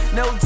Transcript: no